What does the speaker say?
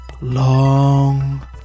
long